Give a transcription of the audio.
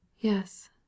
Yes